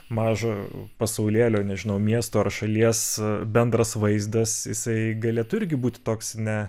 mažo pasaulėlio nežinau miesto ar šalies bendras vaizdas jisai galėtų irgi būti toks ne